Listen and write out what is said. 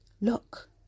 Look